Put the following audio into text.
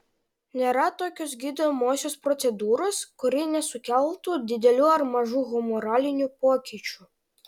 nėra tokios gydomosios procedūros kuri nesukeltų didelių ar mažų humoralinių pokyčių